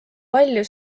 palju